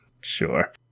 Sure